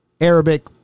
Arabic